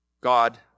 God